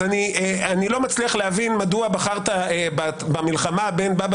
אז אני לא מצליח להבין מדוע בחרת במלחמה בין בבא